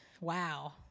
Wow